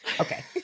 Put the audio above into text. Okay